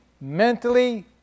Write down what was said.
mentally